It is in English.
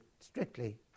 strictly